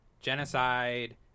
Genocide